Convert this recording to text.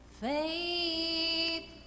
faith